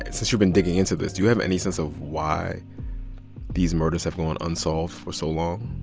and since you've been digging into this, do you have any sense of why these murders have gone unsolved for so long?